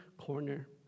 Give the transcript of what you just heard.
corner